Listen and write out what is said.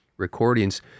recordings